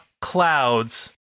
clouds